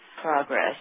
progress